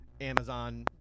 Amazon